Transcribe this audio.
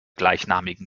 gleichnamigen